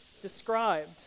described